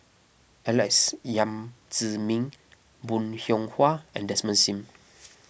Alex Yam Ziming Bong Hiong Hwa and Desmond Sim